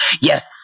yes